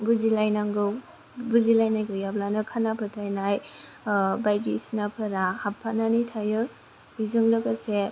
बुजिलायनांगौ बुजिलायनाय गैयाब्लानो खाना फोथाइनाय बायदिसिना फोरा हाबफानानै थायो बेजों लोगोसे